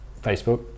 Facebook